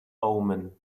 omen